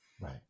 Right